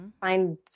find